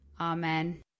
Amen